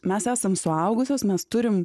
mes esam suaugusios mes turim